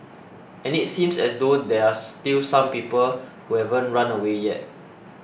and it seems as though there are still some people who haven't run away yet